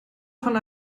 von